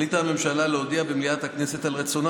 החליטה הממשלה להודיע במליאת הכנסת על רצונה